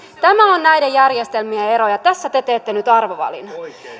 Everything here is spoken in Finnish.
tämä on näiden järjestelmien ero ja tässä te teette nyt arvovalinnan